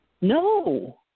No